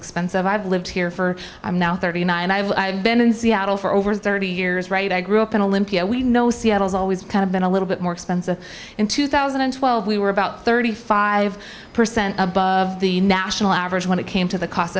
expensive i've lived here for i'm now thirty nine and i've been in seattle for over thirty years right i grew up in olympia we know seattle's always kind of been a little bit more expensive in two thousand and twelve we were about thirty five percent above the national average when it came to the cost